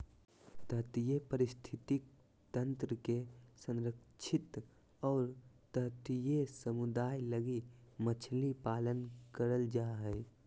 तटीय पारिस्थितिक तंत्र के संरक्षित और तटीय समुदाय लगी मछली पालन करल जा हइ